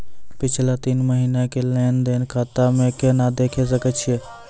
पिछला तीन महिना के लेंन देंन खाता मे केना देखे सकय छियै?